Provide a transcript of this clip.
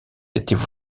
étaient